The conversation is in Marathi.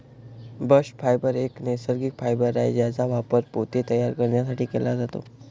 बस्ट फायबर एक नैसर्गिक फायबर आहे ज्याचा वापर पोते तयार करण्यासाठी केला जातो